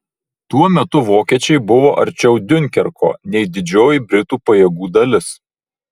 tuo metu vokiečiai buvo arčiau diunkerko nei didžioji britų pajėgų dalis